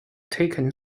taken